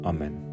Amen